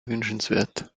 wünschenswert